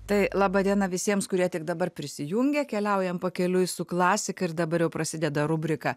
tai laba diena visiems kurie tik dabar prisijungia keliaujame pakeliui su klasika ir dabar jau prasideda rubrika